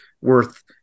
worth